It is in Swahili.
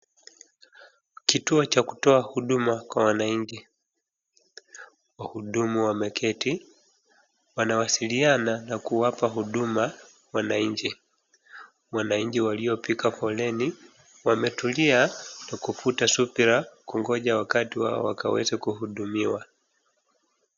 Kituo cha kutoa huduma kwa wananchi, wahudumu wameketi, wanawasiliana na kuwapa huduma wananchi. Wananchi waliopiga foleni wametulia tukikuta subira kungoja wakati wao wakaweze kuhudumiwa.